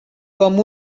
com